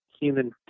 human